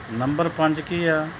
number ਪੰਜ ਕੀ ਆ